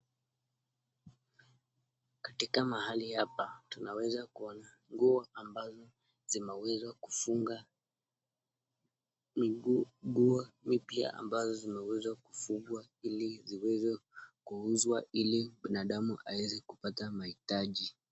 Katika mahali hapa tunaweza kuona nguo ambazo zimeweza kufunga miguu nguo mpya ambazo zimeweza kufungwa ili ziweze kuuzwa ili binadamu aweze kupata mahitaji.